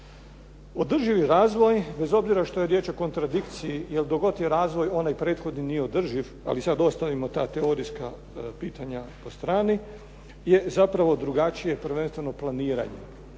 Održivi razvoj bez obzira što je riječ o kontradikciji jer dok god je razvoj onaj prethodni nije održiv, ali sad ostavimo ta teorijska pitanja po strani je zapravo drugačije prvenstveno planiranje,